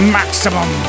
maximum